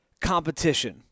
competition